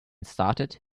started